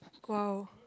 !wow!